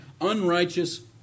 unrighteous